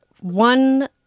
One